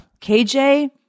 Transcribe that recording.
KJ